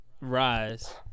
Rise